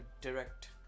direct